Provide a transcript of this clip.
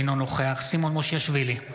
אינו נוכח סימון מושיאשוילי,